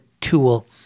tool